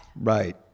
Right